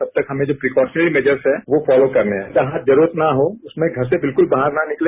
तब तक हमें जो प्रीक्योशनरी मेजर्स है वो फोलो करने हैं जहां जरूरत न हो उसमें घर से बिल्कूल बाहर न निकले